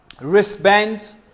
wristbands